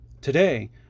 Today